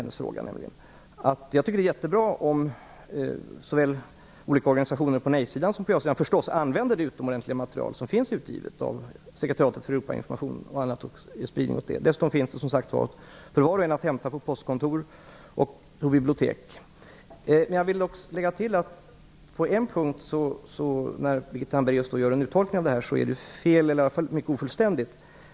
Jag tycker att det är jättebra om olika organisationer på såväl nej-sidan som ja-sidan använder det utomordentliga material som finns utgivet av Sekretariatet för Europainformation och kan hämtas av var och en på postkontor och bibliotek. Birgitta Hambraeus tolkning är på en punkt felaktig eller åtminstone ofullständig.